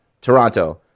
Toronto